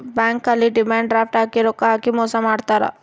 bank ಅಲ್ಲಿ demand draft ಅಲ್ಲಿ ರೊಕ್ಕ ಹಾಕಿ ಮೋಸ ಮಾಡ್ತಾರ